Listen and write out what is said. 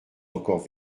encore